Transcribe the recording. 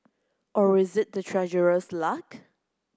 or is it the treasurer's luck